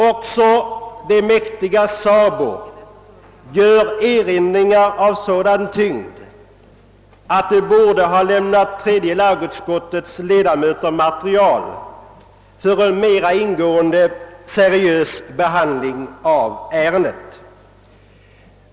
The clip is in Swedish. Också det mäktiga SABO gör erinringar av sådan tyngd, att de borde lämnat tredje lagutskottets ledamöter material för en mera ingående och seriös behandling av ärendet.